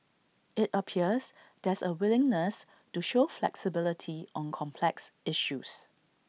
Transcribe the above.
IT appears there's A willingness to show flexibility on complex issues